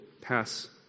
pass